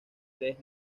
tres